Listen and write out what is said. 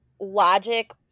logic